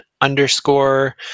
underscore